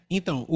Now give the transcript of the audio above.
Então